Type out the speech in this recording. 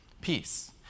peace